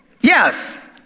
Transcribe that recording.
yes